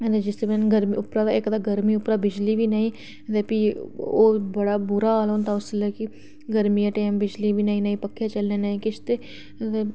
इक तां गर्मियें ई बिजली बी नेईं ते भी ओह् बुरा हाल होंदा उसलै बी गर्मियें दे टैम बिजली बी नेईं ते पक्खे बी नेईं चलने ते